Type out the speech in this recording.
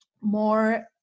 more